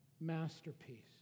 masterpiece